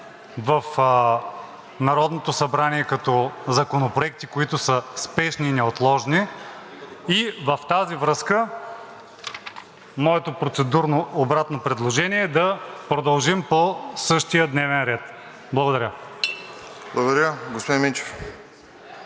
в Народното събрание като законопроекти, които са спешни и неотложни. И в тази връзка моето обратно предложение е да продължим по същия дневен ред. Благодаря. ПРЕДСЕДАТЕЛ РОСЕН